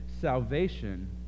salvation